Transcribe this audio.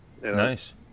Nice